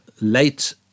late